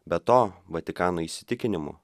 be to vatikano įsitikinimu